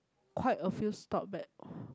quite a few stop back